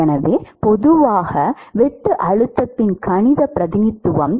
எனவே பொதுவாக வெட்டு அழுத்தத்தின் கணித பிரதிநிதித்துவம் என்ன